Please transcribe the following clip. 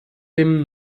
dem